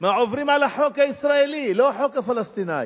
מהעוברים על החוק הישראלי, לא החוק הפלסטיני.